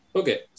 okay